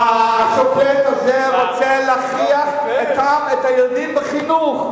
השופט הזה רוצה להכריח את הילדים בחינוך.